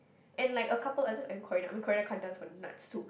and like a couple I just Corina I mean Corina can't dance for nuts too